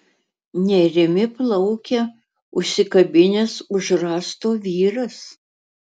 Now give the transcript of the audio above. nerimi plaukia užsikabinęs už rąsto vyras